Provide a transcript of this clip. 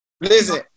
Listen